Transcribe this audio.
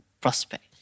prospect